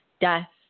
death